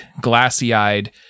glassy-eyed